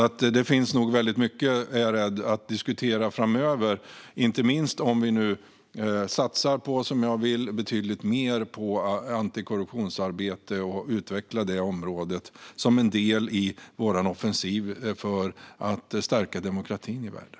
Det finns nog mycket att diskutera framöver, är jag rädd - inte minst om vi nu, som jag vill, satsar betydligt mer på antikorruptionsarbete och utvecklar det området som en del i vår offensiv för att stärka demokratin i världen.